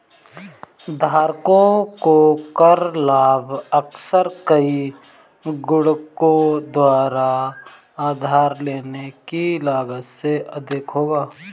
धारकों को कर लाभ अक्सर कई गुणकों द्वारा उधार लेने की लागत से अधिक होगा